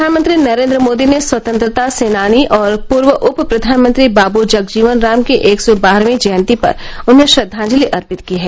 प्रधानमंत्री नरेन्द्र मोदी ने स्वतंत्रता सेनानी और पूर्व उप प्रधानमंत्री बाबू जगजीवन राम की एक सौ बारहवीं जयती पर उन्हें श्रद्वाजलि अर्पित की है